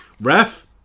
Ref